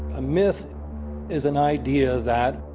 a myth is an idea that,